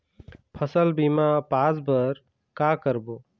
फसल बीमा पास बर का करबो?